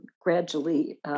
gradually